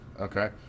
okay